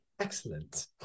excellent